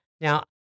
Now